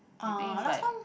I think is like